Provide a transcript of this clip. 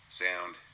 sound